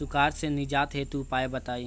सुखार से निजात हेतु उपाय बताई?